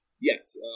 yes